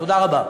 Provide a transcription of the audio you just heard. תודה רבה.